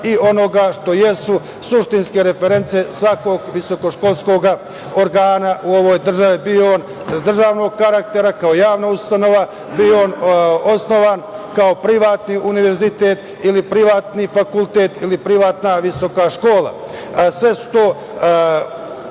i onoga što jesu suštinske reference svakog visokoškolskog organa u ovoj državi bio on državnog karaktera, kao javna ustanova, bio osnovan kao privatni univerzitet ili privatni fakultet ili privatna visoka škola. Sve su to